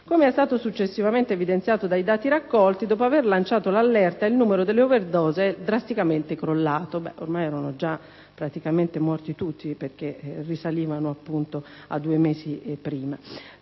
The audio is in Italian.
«Come è stato successivamente evidenziato dai dati raccolti, dopo aver lanciato l'allerta il numero delle overdose è drasticamente crollato». Ormai erano già praticamente morti tutti, perché l'evento risaliva a due mesi prima.